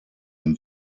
den